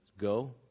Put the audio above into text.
go